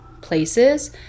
places